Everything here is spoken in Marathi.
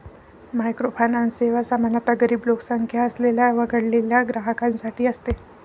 मायक्रोफायनान्स सेवा सामान्यतः गरीब लोकसंख्या असलेल्या वगळलेल्या ग्राहकांसाठी असते